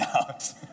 out